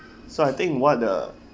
so I think what the